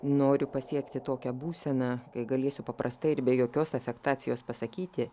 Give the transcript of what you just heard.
noriu pasiekti tokią būseną kai galėsiu paprastai ir be jokios afektacijos pasakyti